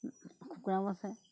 কুকুৰাও আছে